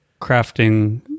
crafting